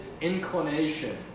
inclination